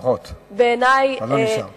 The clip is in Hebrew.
בעיני,